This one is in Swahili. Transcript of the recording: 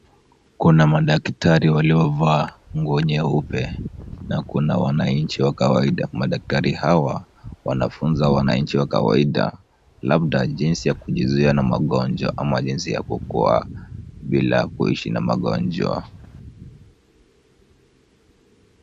Kuna madaktari waliovaa nguo nyeupe na kuna wananchi wa kawaida. Madaktari hawa wanafunza wananchi wa kawaida labda jinsi ya kujizuia na magonjwa ama jinsi ya kukuwa bila kuishi na magonjwa.